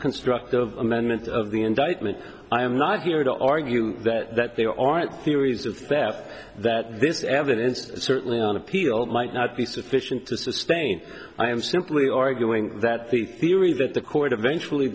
construct of amendment of the indictment i'm not here to argue that that there aren't series of steps that this evidence certainly on appeal might not be sufficient to sustain i am simply arguing that the theory that the court eventually